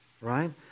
right